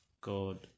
God